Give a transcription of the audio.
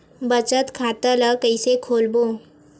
बचत खता ल कइसे खोलबों?